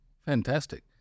Fantastic